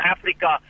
Africa